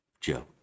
Joe